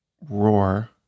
roar